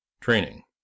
Training